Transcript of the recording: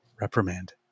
reprimand